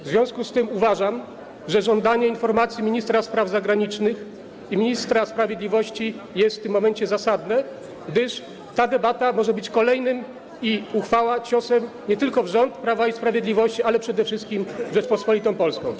W związku z tym uważam, że żądanie informacji od ministra spraw zagranicznych i ministra sprawiedliwości jest w tym momencie zasadne, gdyż ta debata, ta uchwała może być kolejnym ciosem w rząd Prawa i Sprawiedliwości, ale przede wszystkim w Rzeczpospolitą Polską.